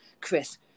chris